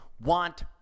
want